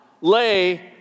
lay